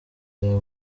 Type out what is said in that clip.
yaba